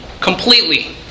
Completely